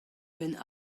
benn